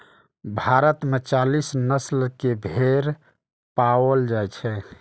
भारत मे चालीस नस्ल के भेड़ पाओल जाइ छै